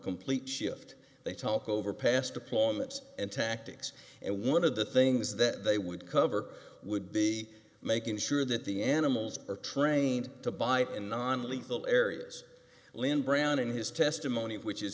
complete shift they talk over past deployments and tactics and one of the things that they would cover would be making sure that the animals are trained to bite in non lethal areas lynn brown in his testimony which is